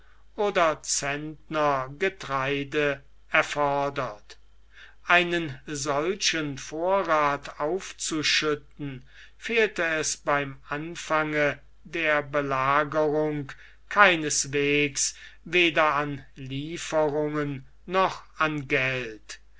oder centner getreide erfordert einen solchen vorrath aufzuschütten fehlte es beim anfange der belagerung keineswegs weder an lieferungen noch an geld